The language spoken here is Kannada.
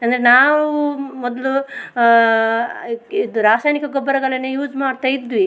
ಅಂದರೆ ನಾವು ಮೊದಲು ಇದು ರಾಸಾಯನಿಕ ಗೊಬ್ಬರಗಳನ್ನೇ ಯೂಸ್ ಮಾಡ್ತಾ ಇದ್ವಿ